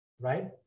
right